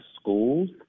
schools